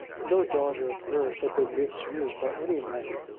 no daughter of hers had been misused by any man,